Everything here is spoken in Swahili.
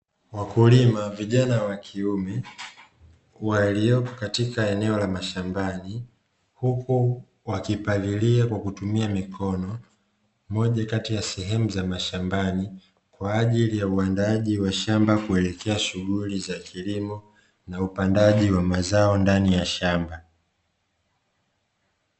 Wakulima vijana wa kiume waliopo katika eneo la mashambani, huku wakipalilia kwa kutumia mikono, moja kati ya sehemu za mashambani, kwa ajili ya uandaaji wa shamba kuelekea shughuli za kilimo na upandaji wa mazao ndani ya shamba.